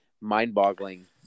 mind-boggling